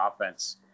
offense